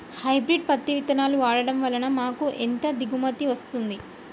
Hybrid పత్తి విత్తనాలు వాడడం వలన మాకు ఎంత దిగుమతి వస్తుంది?